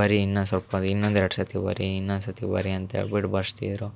ಬರಿ ಇನ್ನೂ ಸ್ವಲ್ಪ ಇನ್ನೊಂದು ಎರಡು ಸರ್ತಿ ಬರಿ ಇನ್ನೊಂದು ಸರ್ತಿ ಬರಿ ಅಂತ ಹೇಳ್ಬಿಟ್ಟು ಬರಿಸ್ತಿದ್ರು